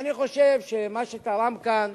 ואני חושב שמה שתרם כאן